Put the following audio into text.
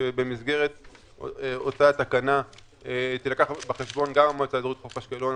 שבמסגרת אותה תקנה תילקח בחשבון גם המועצה האזורית חוף אשקלון.